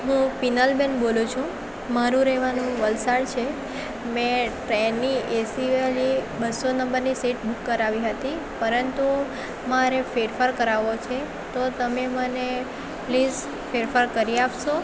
હુંં પિનલબેન બોલું છું મારું રહેવાનું વલસાડ છે મેં ટ્રેનની એસીવાળી બસો નંબરની સીટ બુક કરાવી હતી પરંતુ મારે ફેરફાર કરાવવો છે તો તમે મને પ્લીઝ ફેરફાર કરી આપશો